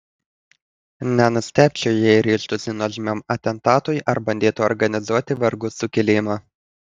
nenustebčiau jei ryžtųsi nuožmiam atentatui ar bandytų organizuoti vergų sukilimą